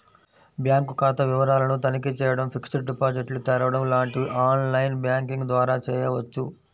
bank ఖాతా వివరాలను తనిఖీ చేయడం, ఫిక్స్డ్ డిపాజిట్లు తెరవడం లాంటివి ఆన్ లైన్ బ్యాంకింగ్ ద్వారా చేయవచ్చు